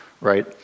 right